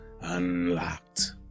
unlocked